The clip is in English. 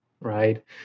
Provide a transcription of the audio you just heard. right